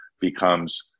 becomes